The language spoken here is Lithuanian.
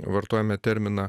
vartojame terminą